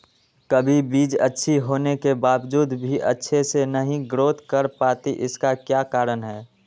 कभी बीज अच्छी होने के बावजूद भी अच्छे से नहीं ग्रोथ कर पाती इसका क्या कारण है?